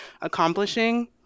accomplishing